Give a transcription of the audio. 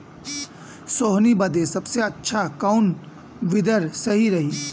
सोहनी बदे सबसे अच्छा कौन वीडर सही रही?